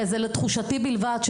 וזה לתחושתי בלבד,